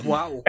Wow